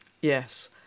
Yes